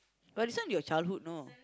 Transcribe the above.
but this one your childhood know